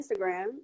Instagram